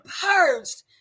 purged